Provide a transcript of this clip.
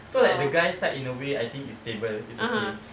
so like the guy's side in a way I think is stable is okay